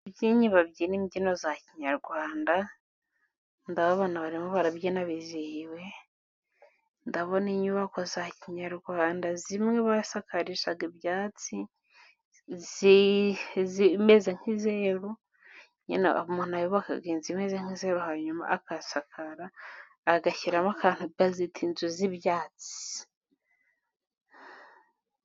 Ababyinnyi babyina imbyino za kinyarwanda ndababona barimo barabyina bizihiwe, ndabona inyubako za kinyarwanda zimwe basakarishaga ibyatsi zimeze nk'izeru, nyine umuntu yubakaga inzu imeze nk'izeru hanyuma akasakara, agashyiramo akantu bazita inzu z'ibyatsi.